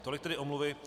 Tolik tedy omluvy.